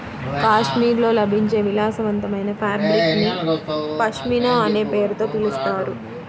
కాశ్మీర్లో లభించే విలాసవంతమైన ఫాబ్రిక్ ని పష్మినా అనే పేరుతో పిలుస్తారు